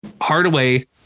Hardaway